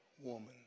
woman